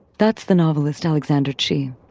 that's the novelist alexander chee.